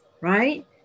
right